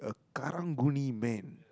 Karang-Guni man